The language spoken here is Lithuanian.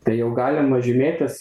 tai jau galima žymėtis